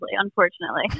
unfortunately